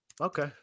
Okay